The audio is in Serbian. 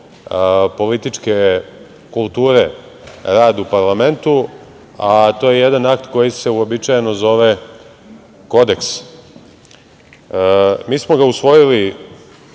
političke kulture rad u parlamentu. To je jedan akt koji se uobičajeno zove Kodeks. Mi smo ga usvojili